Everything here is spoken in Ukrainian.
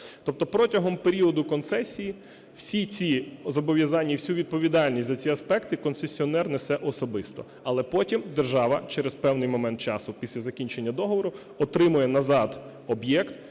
Тобто протягом періоду концесії всі ці зобов'язання і всю відповідальність за ці аспекти концесіонер несе особисто. Але потім держава через певний момент часу, після закінчення договору отримає назад об'єкт,